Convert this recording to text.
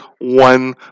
one